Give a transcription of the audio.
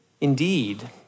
indeed